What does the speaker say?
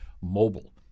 mobile